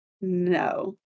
No